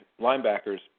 linebackers